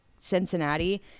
cincinnati